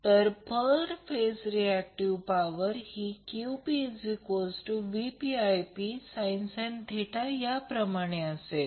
तर पर phase reactive power हि QpVpIpsin याप्रमाणे असेल